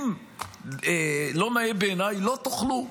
אם לא בעיניי, לא תוכלו.